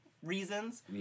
Reasons